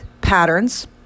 patterns